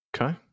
Okay